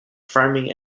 farming